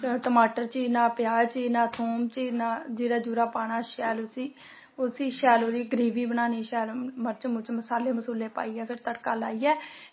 टमाटर चीरना प्याज चीरना थूम चीरना जीरा पाना शैल उस्सी उस्सी शैल करियै गरैवी बनानी शैल मर्च पाइयै मसाले पाइयै शैल तड़का लाइयै